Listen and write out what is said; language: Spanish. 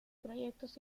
proyectos